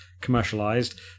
commercialized